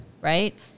right